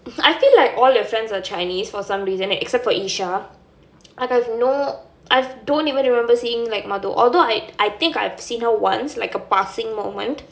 I feel like all your friends are chinese for some reason except for esha like I've no I don't even remember seeing like madhu although I I I think I've seen her once like a passing moment